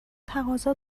تقاضا